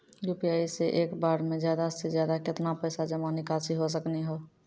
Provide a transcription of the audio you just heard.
UPI से एक बार मे ज्यादा से ज्यादा केतना पैसा जमा निकासी हो सकनी हो?